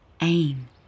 aim